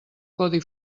codi